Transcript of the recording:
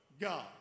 God